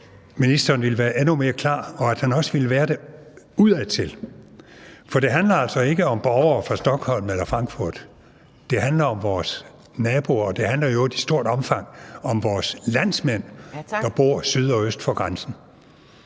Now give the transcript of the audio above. at ministeren ville være endnu mere klar, og at han også ville være det udadtil, for det handler altså ikke om borgere fra Stockholm eller Frankfurt, det handler om vores naboer. Det handler i øvrigt i stort omfang om vores landsmænd, der bor syd og øst for grænsen.